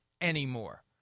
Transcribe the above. anymore